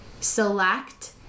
select